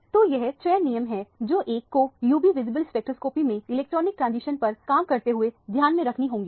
तो यह चयन नियम है जो एक को UV विजिबल स्पेक्ट्रोस्कॉपी में इलेक्ट्रॉनिक ट्रांजिशन पर काम करते हुए ध्यान में रखनी होंगी